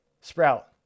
Sprout